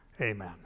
amen